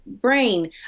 brain